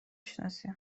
شناسی